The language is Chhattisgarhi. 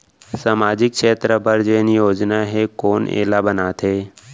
सामाजिक क्षेत्र बर जेन योजना हे कोन एला बनाथे?